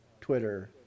Twitter